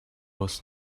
was